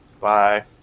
Bye